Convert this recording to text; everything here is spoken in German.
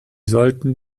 sollten